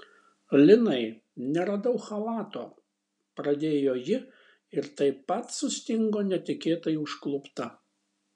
linai neradau chalato pradėjo ji ir taip pat sustingo netikėtai užklupta